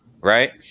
right